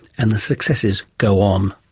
and the successes go on.